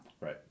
right